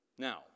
Now